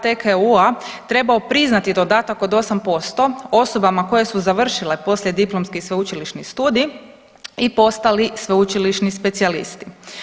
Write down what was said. TKU-a trebao priznati dodatak od 8% osobama koje su završile poslijediplomski sveučilišni studij i postali sveučilišni specijalisti.